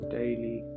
daily